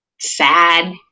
sad